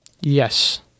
yes